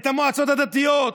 את המועצות הדתיות,